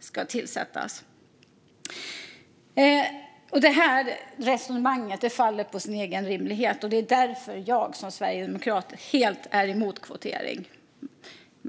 ska tillsättas. Det här resonemanget faller på sin egen orimlighet. Det är därför jag som sverigedemokrat är helt emot kvotering.